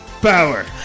Power